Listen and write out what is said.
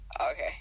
Okay